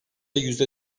yüzde